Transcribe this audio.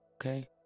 Okay